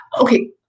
okay